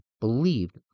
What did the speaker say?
believed